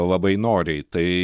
labai noriai tai